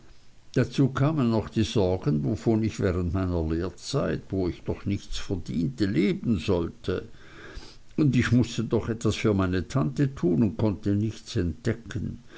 dazu kamen noch die sorgen wovon ich während meiner lehrzeit wo ich noch nichts verdiente leben sollte ich mußte doch etwas für meine tante tun und konnte nichts entdecken